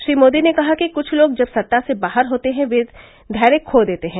श्री मोदी ने कहा कि कृछ लोग जब सत्ता से बाहर होते हैं तो वे धैर्य खो देते हैं